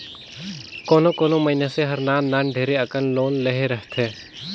कोनो कोनो मइनसे हर नान नान ढेरे अकन लोन लेहे रहथे